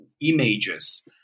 images